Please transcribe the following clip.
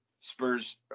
Spurs